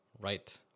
right